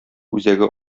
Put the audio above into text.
үзәге